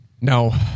No